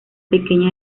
pequeña